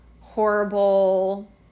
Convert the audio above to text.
horrible